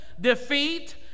defeat